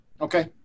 Okay